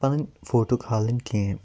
پَنٕنۍ فوٹو کھالٕنۍ کیٚنہہ